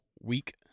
Week